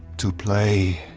to play,